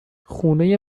خونه